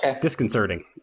disconcerting